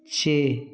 ਛੇ